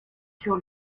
sur